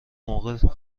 موقع